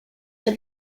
for